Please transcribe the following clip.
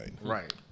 Right